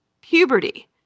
puberty